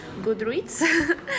Goodreads